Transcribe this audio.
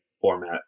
format